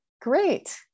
great